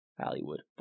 Hollywood